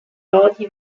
lodi